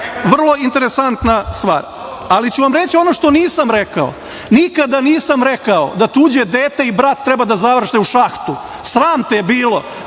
vrlo interesantna stvar. Ali ću vam reći ono što nisam rekao. Nikada nisam rekao da tuđe dete i brat treba da završe u šahtu. Sram te bilo.